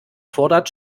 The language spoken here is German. fordert